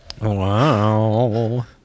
Wow